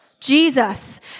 Jesus